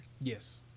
Yes